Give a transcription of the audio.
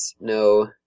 no